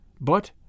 But